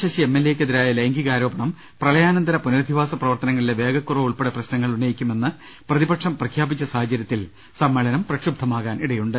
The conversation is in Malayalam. ശശി എം എൽ എക്കെ തിരായ ലൈംഗികാരോപണം പ്രളയാനന്തര പുനരധിവാസ പ്രവർത്തനങ്ങളിലെ വേഗക്കുറവ് ഉൾപ്പെടെ പ്രശ്നങ്ങൾ ഉന്നയിക്കുമെന്ന് പ്രതിപക്ഷം പ്രഖ്യാപിച്ച സാഹചര്യത്തിൽ സമ്മേളനം പ്രക്ഷുബ്ധമാകാനിടയുണ്ട്